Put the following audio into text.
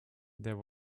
there